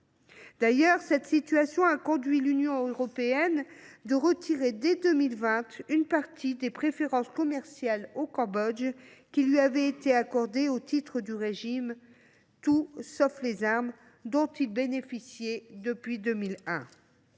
D’ailleurs, cette situation a conduit l’Union européenne à retirer dès 2020 une partie des préférences commerciales accordées au Cambodge au titre du régime « Tout sauf les armes », dont il bénéficiait depuis 2001.